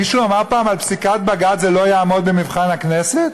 מישהו אמר פעם על פסיקת בג"ץ: זה לא יעמוד במבחן הכנסת?